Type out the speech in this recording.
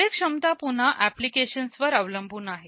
कार्यक्षमता पुन्हा एप्लीकेशन्स वर अवलंबून आहे